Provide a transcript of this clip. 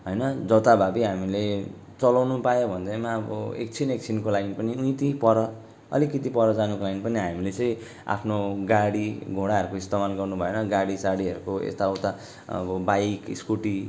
होइन जथाभाबी हामीले चलाउनु पाएँ भन्दैमा अब एकछिन एकछिनको लागि पनि यहीँ त्यहीँ पर अलिकति पर जानुको लागि पनि हामीले चाहिँ आफ्नो गाडी घोडाहरूको इस्तमाल गर्नु भएन गाडी साडीहरूको यताउता अब बाइक स्कुटी